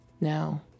Now